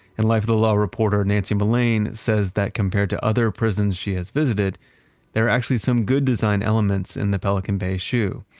and life of the law reporter nancy mullane says that compared to other prisons she has visited there are actually some good design elements in the pelican bay shu.